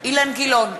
אילן גילאון,